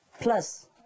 plus